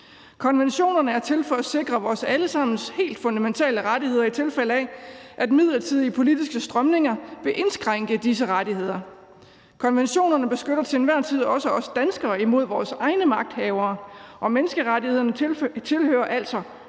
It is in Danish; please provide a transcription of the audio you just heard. Konventionerne er til for at sikre vores alle sammens helt fundamentale rettigheder, i tilfælde af at midlertidige politiske strømninger vil indskrænke disse rettigheder. Konventionerne beskytter til enhver tid også os danskere imod vores egne magthavere, og menneskerettighederne tilhører altså